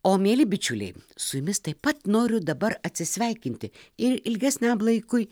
o mieli bičiuliai su jumis taip pat noriu dabar atsisveikinti ir ilgesniam laikui